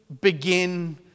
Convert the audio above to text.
Begin